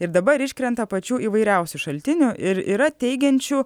ir dabar iškrenta pačių įvairiausių šaltinių ir yra teigiančių